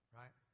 right